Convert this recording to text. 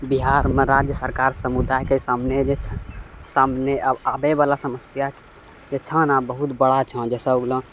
बिहारमे राज्य सरकार समुदायके सामने जे छै सामने आब आबैवला समस्या जे छऽ ने बहुत बड़ा छऽ जइसे हो गेलऽ